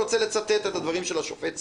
אני רוצה לצטט את הדברים של השופט סולברג.